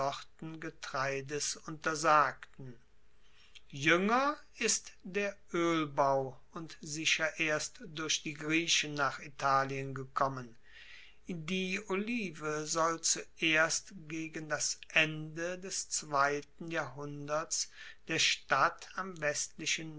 getreides untersagten juenger ist der oelbau und sicher erst durch die griechen nach italien gekommen die olive soll zuerst gegen das ende des zweiten jahrhunderts der stadt am westlichen